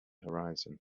horizon